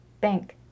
bank